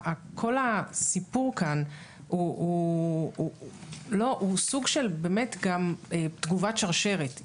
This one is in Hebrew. כל הסיפור כאן הוא גם סוג של תגובת שרשרת.